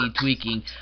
tweaking